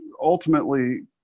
ultimately